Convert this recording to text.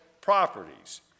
properties